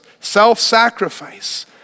self-sacrifice